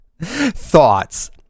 Thoughts